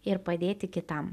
ir padėti kitam